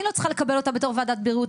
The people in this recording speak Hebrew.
אני לא צריכה לקבל אותה בתור ועדת הבריאות,